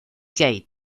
kate